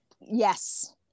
Yes